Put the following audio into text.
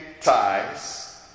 ties